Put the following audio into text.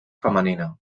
femenina